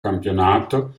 campionato